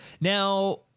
Now